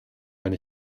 wenn